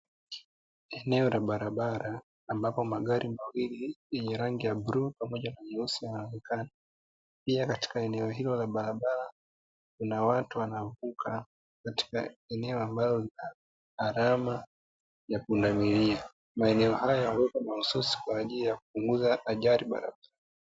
Eneo la barabara ambapo magari mawili yenye rangi ya bluu pamoja na nyeusi yanaonekana, pia katika eneo hilo la barabara kuna watu wanavuka katika eneo ambalo lina alama ya punda milia, maeneo haya huwekwa mahususi kwa ajili ya kupungua ajali barabarani.